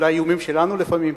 ואולי האיומים שלנו לפעמים,